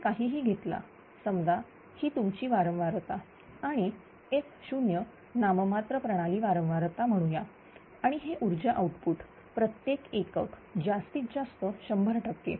तुम्ही काहीही घेतला समजा ही तुमची वारंवारता आणि f0 नाममात्र प्रणाली वारंवारता म्हणूया आणि हे ऊर्जा आउटपुट प्रत्येक एकक जास्तीत जास्त 100 टक्के